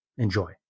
enjoy